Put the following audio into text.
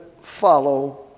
follow